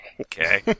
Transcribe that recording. Okay